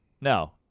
No